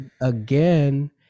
again